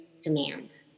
demand